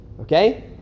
Okay